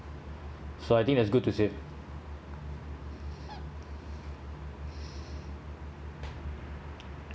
so I think that’s good to save